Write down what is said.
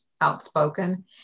outspoken